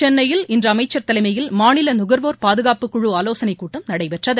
சென்னையில் இன்று அமைச்சர் தலைமையில் மாநில நுகர்வோர் பாதுகாப்பு குழு ஆலோசனை கூட்டம் நடைபெற்றது